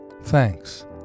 Thanks